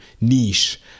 niche